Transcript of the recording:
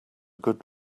good